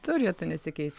turėtų nesikeis